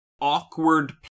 awkward